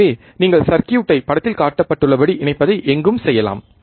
எனவே நீங்கள் சர்க்யூட்டை படத்தில் காட்டப்பட்டுள்ளபடி இணைப்பதைப எங்கும் செய்யலாம்